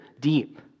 deep